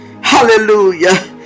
hallelujah